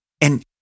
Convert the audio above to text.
And-